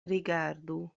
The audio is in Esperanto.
rigardu